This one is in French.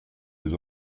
des